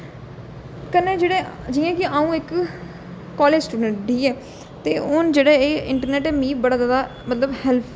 कन्नै जेह्ड़े जियां कि आं'ऊ इक कालेज स्टूडेंट ऐं ठीक ऐ ते हून जेह्ड़े एह् इटरनेट ऐ मी बड़ा ज्यादा मतलब हैल्प